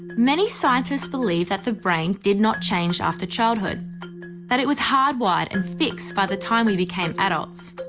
many scientists believed that the brain did not change after childhood that it was hard-wired, and fixed by the time we became adults